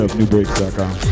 newbreaks.com